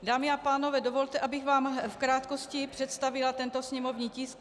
Dámy a pánové, dovolte, abych vám v krátkosti představila tento sněmovní tisk č. 977.